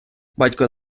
батько